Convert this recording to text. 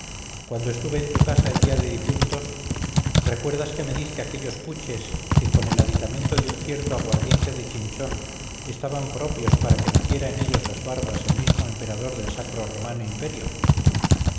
cuando estuve en tu casa el día de difuntos recuerdas que me diste aquellos puches que con el aditamento de un cierto aguardiente de chinchón estaban propios para que metiera en ellos las barbas el mismo emperador del sacro romano imperio